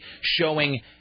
showing